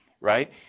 right